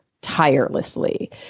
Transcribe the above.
tirelessly